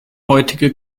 heutige